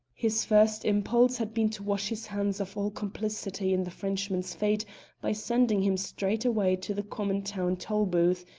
his first impulse had been to wash his hands of all complicity in the frenchman's fate by sending him straightway to the common town tolbooth,